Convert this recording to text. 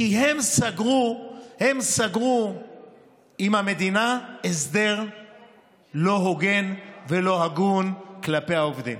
כי הם סגרו עם המדינה הסדר לא הוגן ולא הגון כלפי העובדים.